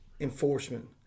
enforcement